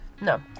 No